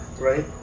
right